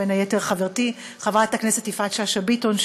ובין היתר לחברתי חברת הכנסת יפעת שאשא ביטון,